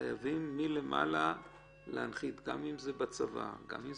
חייבים להנחית את זה, גם המשטרה, גם הצבא, גם מד"א